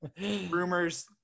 rumors